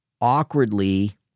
awkwardly